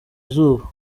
izuba